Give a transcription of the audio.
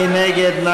מי נגד?